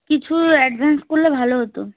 কিছু অ্যাডভান্স করলে ভালো হতো